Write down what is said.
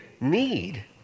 need